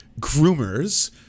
groomers